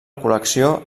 col·lecció